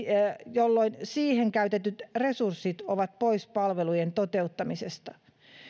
jolloin siihen käytetyt resurssit ovat poissa palveluiden toteuttamisesta